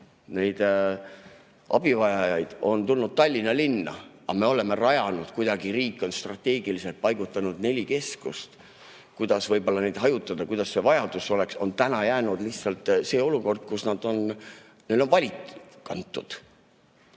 80% abivajajatest on tulnud Tallinna linna. Aga me oleme rajanud, kuidagi riik on strateegiliselt paigutanud neli keskust, kuhu võib-olla neid hajutada, kuidas see vajadus oleks. Täna on jäänud lihtsalt see olukord, kus neile on valik antud.